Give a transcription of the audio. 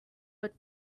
but